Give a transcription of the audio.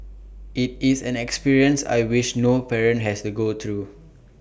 IT is an experience I wish no parent has to go through